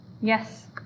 Yes